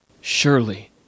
Surely